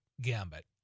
gambit